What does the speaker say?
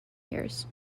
years